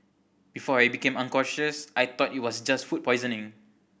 before I became unconscious I thought it was just food poisoning